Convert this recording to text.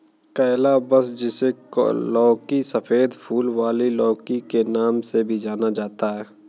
calabash, जिसे लौकी, सफेद फूल वाली लौकी के नाम से भी जाना जाता है